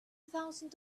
thousand